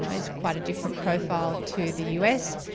and is quite a different profile to the us.